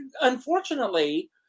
unfortunately